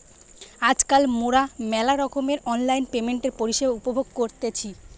আজকাল মোরা মেলা রকমের অনলাইন পেমেন্টের পরিষেবা উপভোগ করতেছি